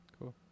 Cool